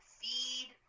feed